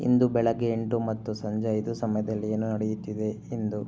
ಇಂದು ಬೆಳಿಗ್ಗೆ ಎಂಟು ಮತ್ತು ಸಂಜೆ ಐದು ಸಮಯದಲ್ಲಿ ಏನು ನಡೆಯುತ್ತಿದೆ ಇಂದು